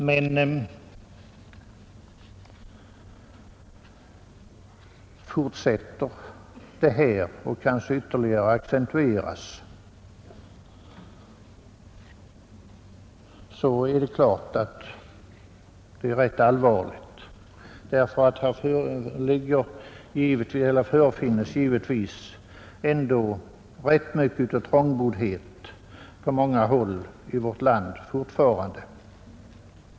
Men om utvecklingen ytterligare accentueras, så är det klart att det är rätt allvarligt, ty här förefinnes ännu ganska mycket av trångboddhet på många håll i vårt land.